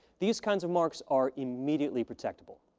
these kinds of marks are immediately protectable.